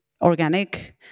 organic